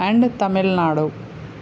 and Tamil Nadu